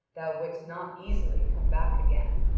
thou wouldst not easily come back again.